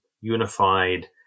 unified